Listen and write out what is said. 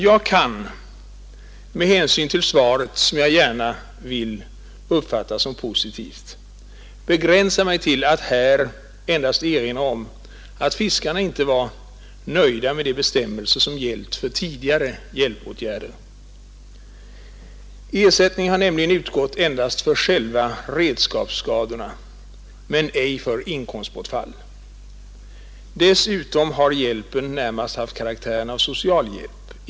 Jag kan med hänsyn till svaret, som jag gärna vill uppfatta som positivt, begränsa mig till att här endast erinra om att fiskarna inte var nöjda med de bestämmelser som gällt för tidigare hjälpåtgärder. Ersättning har nämligen utgått endast för själva redskapsskadorna men ej för inkomstbortfall. Dessutom har hjälpen närmast haft karaktären av socialhjälp.